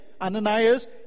Ananias